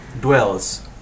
dwells